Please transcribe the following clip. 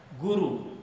Guru